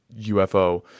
UFO